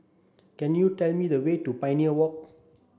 can you tell me the way to Pioneer Walk